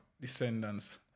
descendants